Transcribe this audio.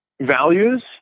values